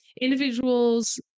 individuals